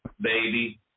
baby